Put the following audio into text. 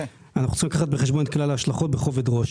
אנחנו צריכים לקחת בחשבון את כלל ההשלכות בכובד ראש.